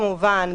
כמובן,